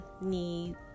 need